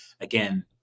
again